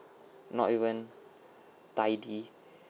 not even tidy